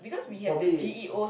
probably